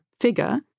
figure